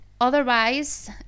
otherwise